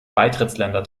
beitrittsländer